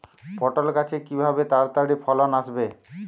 পটল গাছে কিভাবে তাড়াতাড়ি ফলন আসবে?